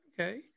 Okay